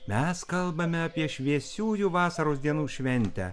mes kalbame apie šviesiųjų vasaros dienų šventę